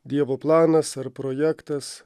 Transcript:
dievo planas ar projektas